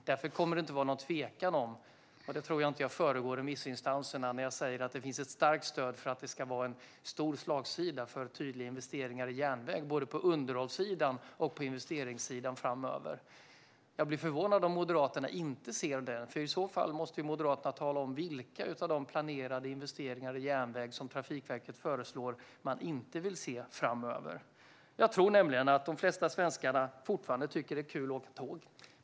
Det kommer det inte att vara någon tvekan om det. Där tror jag inte att jag föregår remissinstanserna när jag säger att det finns ett starkt stöd för att det ska vara en stor slagsida för tydliga investeringar i järnväg på både underhållssidan och investeringssidan framöver. Jag blir förvånad om Moderaterna inte ser det. I så fall måste Moderaterna tala om vilka av de planerade investeringar i järnväg som Trafikverket föreslår man inte vill se framöver. Jag tror att de flesta svenskar fortfarande tycker att det är kul att åka tåg.